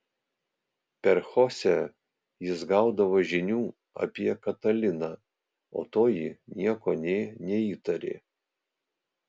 per chosę jis gaudavo žinių apie kataliną o toji nieko nė neįtarė